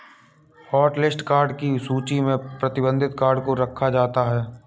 hotlist card की सूची में प्रतिबंधित कार्ड को रखा जाता है